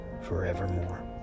forevermore